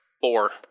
four